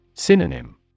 Synonym